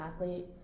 athlete